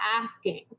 asking